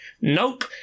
nope